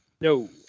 No